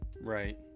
right